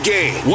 Game